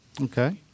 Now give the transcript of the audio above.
Okay